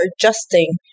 adjusting